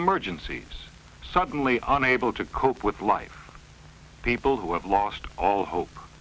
emergencies suddenly unable to cope with life people who have lost all hope